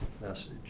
message